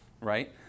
right